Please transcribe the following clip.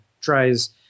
tries